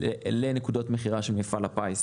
לנקודות מכירה של מפעל הפיס.